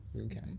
Okay